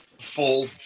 full